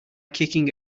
kicking